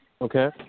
Okay